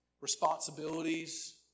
responsibilities